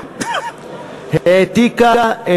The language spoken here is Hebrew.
העתיקה את